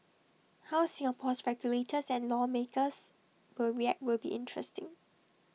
how Singapore's regulators and lawmakers will react will be interesting